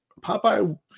Popeye